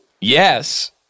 Yes